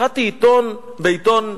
קראתי בעיתון,